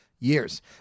Years